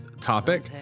topic